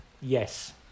Yes